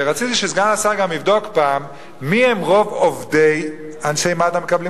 ורציתי שסגן השר גם יבדוק פעם מי הם רוב אנשי מד"א שמקבלים